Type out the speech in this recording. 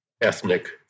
ethnic